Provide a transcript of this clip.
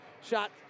shot